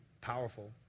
powerful